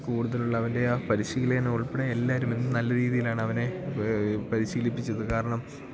കൂടുതലുള്ള അവന്റെ ആ പരിശീലകനും ഉൾപ്പെടെ എല്ലാവരും എന്തു നല്ല രീതിയിലാണ് അവനെ പരിശീലിപ്പിച്ചത് കാരണം